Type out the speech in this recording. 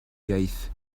iaith